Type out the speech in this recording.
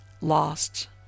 lost